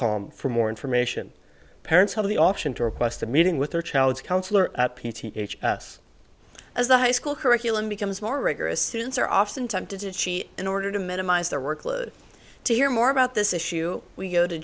com for more information parents have the option to request a meeting with their child's counselor p t h s as the high school curriculum becomes more rigorous syrians are often tempted to cheat in order to minimize their workload to hear more about this issue we go to